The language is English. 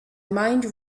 mind